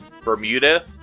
Bermuda